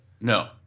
No